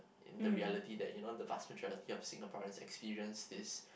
in the reality that you know the vast majority of Singaporeans experience this